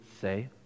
say